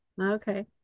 Okay